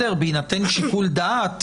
בהינתן שיקול דעת,